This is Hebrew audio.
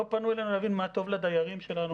לא פנו אלינו להבין מה טוב לדיירים שלנו.